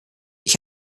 ich